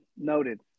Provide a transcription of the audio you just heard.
noted